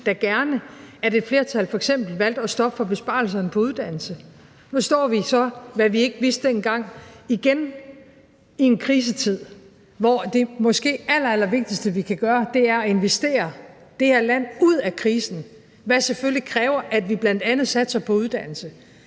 da gerne, at et flertal f.eks. valgte at stoppe besparelserne på uddannelse. Nu står vi så, hvad vi ikke vidste dengang, igen i en krisetid, hvor det måske allerallervigtigste, vi kan gøre, er at investere det her land ud af krisen, hvilket selvfølgelig kræver, at vi bl.a. satser på uddannelse.